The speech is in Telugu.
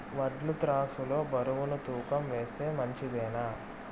వడ్లు త్రాసు లో బరువును తూకం వేస్తే మంచిదేనా?